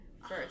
first